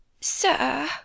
Sir